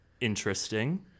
interesting